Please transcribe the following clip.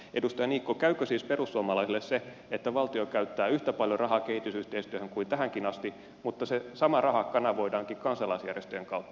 edustaja niikko käykö siis perussuomalaisille se että valtio käyttää yhtä paljon rahaa kehitysyhteistyöhön kuin tähänkin asti mutta se sama raha kanavoidaankin kansalaisjärjestöjen kautta